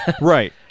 Right